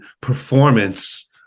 performance